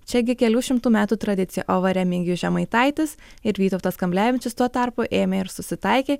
čiagi kelių šimtų metų tradicija o va remigijus žemaitaitis ir vytautas kamblevičius tuo tarpu ėmė ir susitaikė